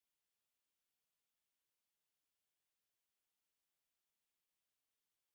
啊我也是有做 banquet 可是我做到 like three A_M only not until like four A_M